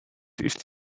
ist